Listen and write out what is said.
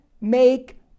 make